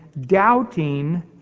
doubting